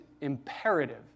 imperative